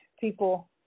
people